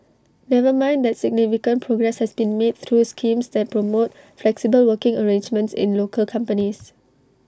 never mind that significant progress has been made through schemes that promote flexible working arrangements in local companies